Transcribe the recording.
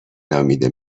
نامیده